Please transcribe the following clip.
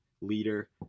leader